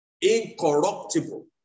incorruptible